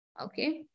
Okay